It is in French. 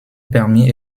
permit